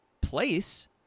place